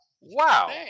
Wow